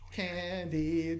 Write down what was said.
Candy